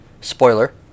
spoiler